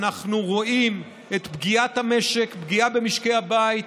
אנחנו רואים את פגיעת המשק, פגיעה במשקי הבית,